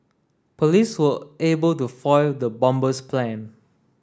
police were able to foil the bomber's plan